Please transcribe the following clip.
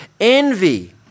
envy